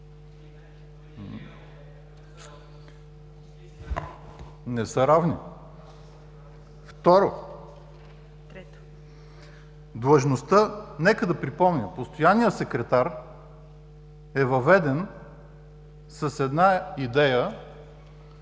Не са равни. Трето, длъжността. Нека да припомним: постоянният секретар е въведен с една идея